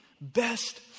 Best